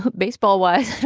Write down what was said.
but baseball wise.